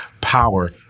power